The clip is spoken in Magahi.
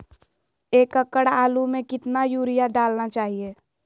एक एकड़ आलु में कितना युरिया डालना चाहिए?